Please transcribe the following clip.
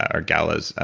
or galas,